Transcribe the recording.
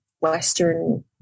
western